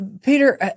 Peter